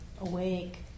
awake